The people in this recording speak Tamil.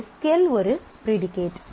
எஸ் க்யூ எல் ஒரு பிரிடிகேட்